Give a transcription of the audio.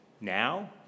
now